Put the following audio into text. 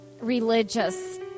religious